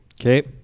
Okay